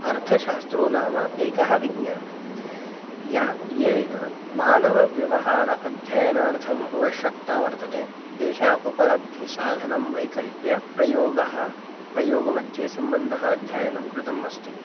अर्थशास्त्रो नाम एकः विज्ञानं या येन मानवव्यवहारः अध्ययनार्थम् अवश्यकता वर्तते तेषाम् उपलब्धिसाधनं वैकल्प्य प्रयोगः प्रयोगमध्ये सम्बन्धः अध्ययनं कृतम् अस्ति